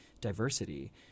diversity